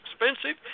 expensive